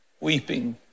weeping